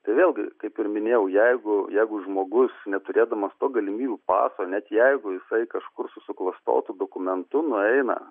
tai vėlgi kaip ir minėjau jeigu jeigu žmogus neturėdamas to galimybių paso net jeigu jisai kažkur su suklastotu dokumentu nueina